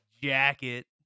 jacket